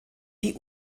die